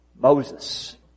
Moses